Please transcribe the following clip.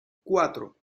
cuatro